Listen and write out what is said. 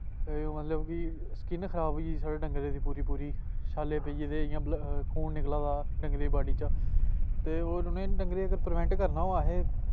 ते मतलव कि स्किन खराब होई गेदी साढ़ें डगरें दी पूरी पूरी शाल्ले पाई गेदे इ'यां खून निकला दा डंगरे बॉडी ' चा ते होर उ'नें डंगरें अगर परिवेंट करना होऐ असें